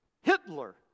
Hitler